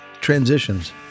transitions